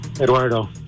Eduardo